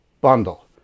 bundle